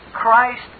Christ